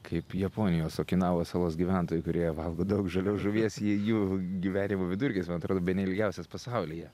kaip japonijos okinavos salos gyventojai kurie valgo daug žalios žuvies jei jų gyvenimo vidurkis man atrodo bene ilgiausias pasaulyje